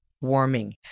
Warming